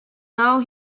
now